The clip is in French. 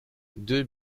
deux